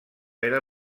era